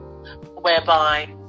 whereby